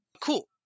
Cool